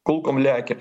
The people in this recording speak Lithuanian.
kulkom lekia